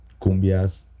Cumbias